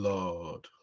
Lord